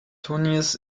tunis